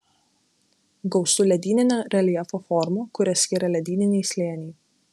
gausu ledyninio reljefo formų kurias skiria ledyniniai slėniai